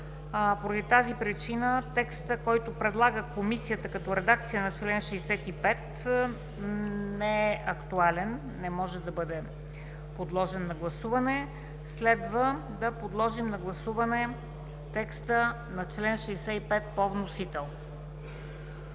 Поради тази причина текстът, който предлага Комисията като редакция на чл. 65, не е актуален и не може да бъде подложен на гласуване. Следва да бъде подложен на гласуване текстът за чл. 65 по вносител.